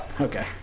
Okay